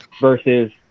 versus